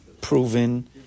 proven